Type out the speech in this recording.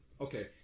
okay